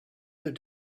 their